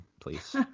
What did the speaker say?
please